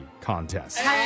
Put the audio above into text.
contest